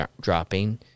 dropping